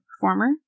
performer